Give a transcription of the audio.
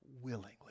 willingly